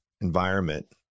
environment